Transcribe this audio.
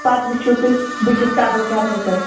پَتہٕ وُچھُو تُہۍ بہٕ کِژھ قدٕر کَرٕہو تۄہہِ